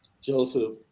Joseph